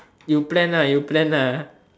you plan you plan